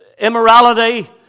Immorality